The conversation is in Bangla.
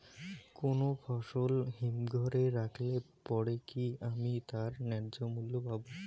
কোনো ফসল হিমঘর এ রাখলে পরে কি আমি তার ন্যায্য মূল্য পাব?